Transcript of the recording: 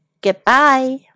Goodbye